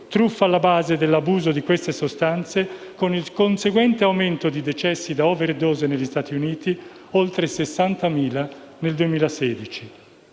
truffa è alla base dell'abuso di tali sostanze, con il conseguente aumento di decessi da overdose negli Stati Uniti: oltre 60.000 nel 2016.